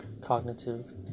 cognitive